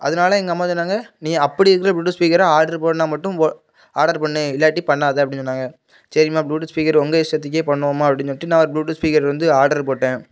அதனால எங்க அம்மா சொன்னாங்க நீ அப்படி இருக்கிற ப்ளூடூத் ஸ்பீக்கர் ஆட்ரு போட்னுனா மட்டும் ஆடர் பண்ணு இல்லாட்டி பண்ணாத அப்டின்னு சொன்னாங்க சரிம்மா ப்ளூடூத் ஸ்பீக்கர் உங்கள் இஷ்டத்துக்கு பண்ணுவோம்மா அப்படின்னு சொல்லிட்டு நான் ஒரு ப்ளூடூத் ஸ்பீக்கர் வந்து ஆடர் போட்டேன்